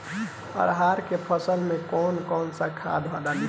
अरहा के फसल में कौन कौनसा खाद डाली?